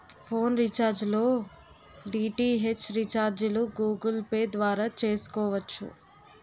phone recharge లో DTH రీఛార్జిలు Google Pay ద్వారా చేసుకోవచ్చు